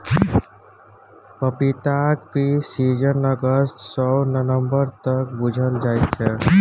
पपीताक peak season अगस्त सँ नबंबर तक बुझल जाइ छै